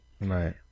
Right